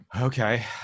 okay